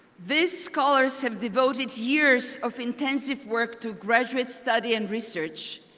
these scholars have devoted years of intensive work to graduate study and research.